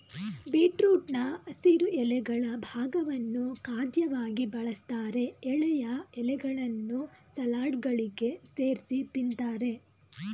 ಬೀಟ್ರೂಟ್ನ ಹಸಿರು ಎಲೆಗಳ ಭಾಗವನ್ನು ಖಾದ್ಯವಾಗಿ ಬಳಸ್ತಾರೆ ಎಳೆಯ ಎಲೆಗಳನ್ನು ಸಲಾಡ್ಗಳಿಗೆ ಸೇರ್ಸಿ ತಿಂತಾರೆ